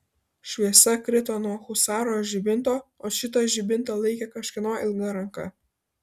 šviesa krito nuo husaro žibinto o šitą žibintą laikė kažkieno ilga ranka